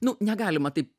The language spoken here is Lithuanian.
nu negalima taip